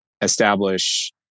establish